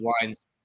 lines